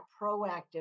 proactive